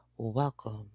Welcome